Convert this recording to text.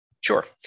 Sure